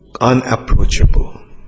unapproachable